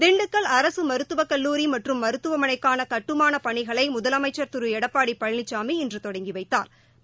திண்டுக்கல் அரசு மருத்துவக் கல்லூரி மற்றும் மருத்துவமனைக்கான கட்டுமானப் பணிகளை முதலமைச்சர் திரு எடப்பாடி பழனிசாமி இன்று தொடங்கி வைத்தாா்